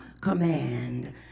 command